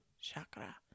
chakra